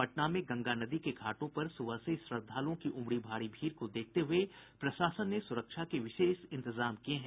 पटना में गंगा नदी के घाटों पर सुबह से ही श्रद्वालुओं की उमड़ी भारी भीड़ को देखते हुये प्रशासन ने सुरक्षा के विशेष इंतजाम किये हैं